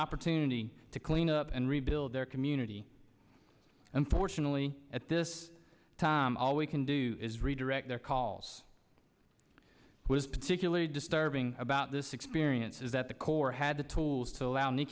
opportunity to clean up and rebuild their community unfortunately at this time all we can do is redirect their calls was particularly disturbing about this experience is that the corps had the tools to allow any